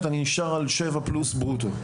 אתה נשאר על שבע פלוס ברוטו.